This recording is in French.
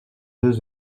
deux